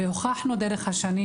הוכחנו דרך השנים